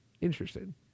Interested